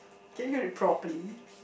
can you read properly